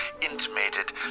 intimated